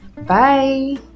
bye